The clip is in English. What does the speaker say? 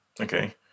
Okay